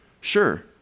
Sure